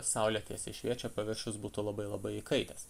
saulė tiesiai šviečia paviršius būtų labai labai įkaitęs